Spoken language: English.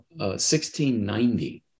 1690